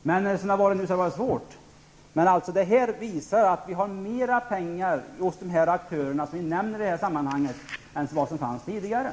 Hittills har det varit svårt. Men detta visar att det nu finns mera pengar hos de aktörer som är aktuella i detta sammanhang än vad som tidigare var fallet.